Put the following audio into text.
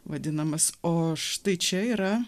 vadinamas o štai čia yra